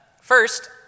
First